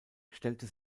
stellte